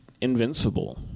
Invincible